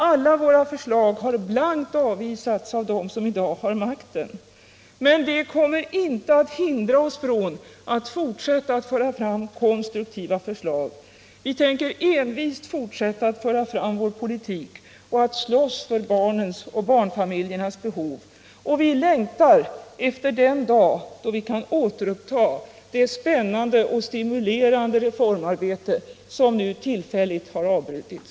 Alla våra förslag har blankt avvisats av dem som i dag har makten. Men det kommer inte att hindra oss från att fortsätta att föra fram konstruktiva förslag. Vi tänker envist fortsätta att föra fram vår politik och att slåss för barnens och barnfamiljernas behov. Och vi längtar efter den dag då vi kan återuppta det spännande och stimulerande reformarbete som nu tillfälligt har avbrutits.